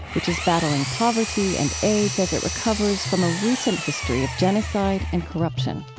which is battling poverty and aids as it recovers from a recent history of genocide and corruption